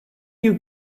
you